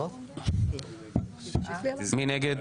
מי נגד?